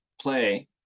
play